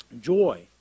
Joy